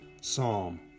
Psalm